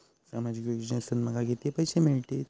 सामाजिक योजनेसून माका किती पैशे मिळतीत?